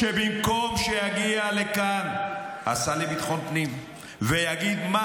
במקום שיגיע לכאן השר לביטחון לאומי ויגיד מה